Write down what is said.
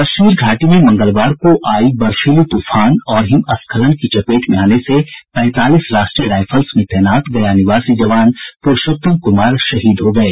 कश्मीर घाटी में मंगलवार को आयी बर्फीली तूफान और हिमस्खलन की चपेट मे आने से पैंतालीस राष्ट्रीय राइफल्स में तैनात गया निवासी जवान पुरूषोत्तम कुमार शहीद हो गये